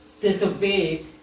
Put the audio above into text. disobeyed